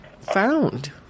found